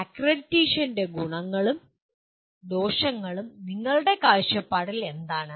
അക്രഡിറ്റേഷന്റെ ഗുണങ്ങളും ദോഷങ്ങളും നിങ്ങളുടെ കാഴ്ചപ്പാടിൽ എന്താണ്